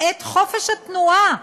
את חופש התנועה,